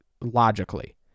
logically